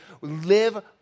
live